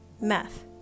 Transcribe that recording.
meth